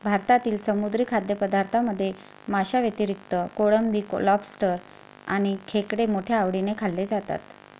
भारतातील समुद्री खाद्यपदार्थांमध्ये माशांव्यतिरिक्त कोळंबी, लॉबस्टर आणि खेकडे मोठ्या आवडीने खाल्ले जातात